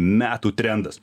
metų trendas